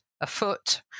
afoot